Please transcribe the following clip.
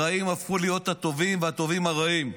הרעים הפכו להיות הטובים והטובים לרעים.